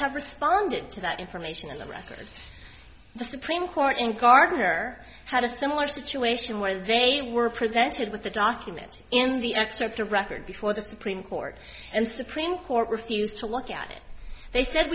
have responded to that information in the record the supreme court in gartner had a similar situation where they were presented with the documents in the excerpt of record before the supreme court and supreme court refused to look at it they said